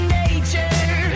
nature